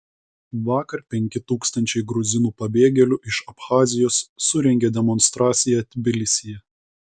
vakar penki tūkstančiai gruzinų pabėgėlių iš abchazijos surengė demonstraciją tbilisyje